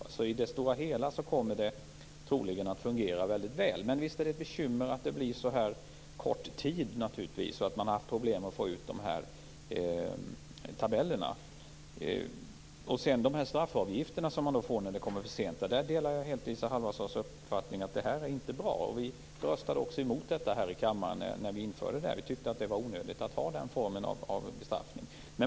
I det stora hela kommer det alltså troligen att fungera väldigt väl. Men visst är det bekymmersamt att man haft så kort tid till förfogande. Man har haft problem med att få ut tabellerna. När det gäller de straffavgifter som tas ut vid förseningar delar jag helt Isa Halvarssons uppfattning. De är inte bra. Vi röstade också emot dem i kammaren. Vi tyckte att det var onödigt att ha den formen av bestraffning.